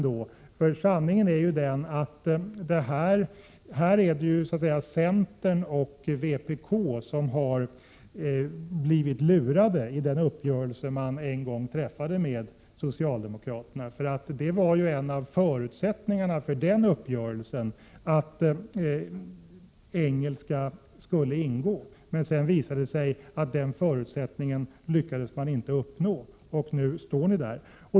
Sanningen är ju den att det är centern och vpk som har blivit lurade i den uppgörelse som de en gång träffade med socialdemokraterna. En av förutsättningarna för den uppgörelsen var ju att engelska skulle ingå. Sedan visade det sig att man inte lyckades uppnå den förutsättningen, och nu står ni där.